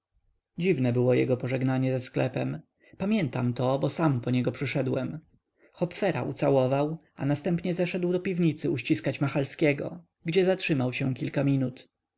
dziwne było jego pożegnanie ze sklepem pamiętam to bo sam po niego przyszedłem hopfera ucałował a następnie zeszedł do piwnicy uściskać machalskiego gdzie zatrzymał się kilka minut